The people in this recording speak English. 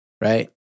right